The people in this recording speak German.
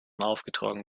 aufgetragen